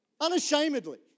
Unashamedly